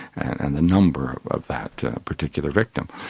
and the number of that particular victim.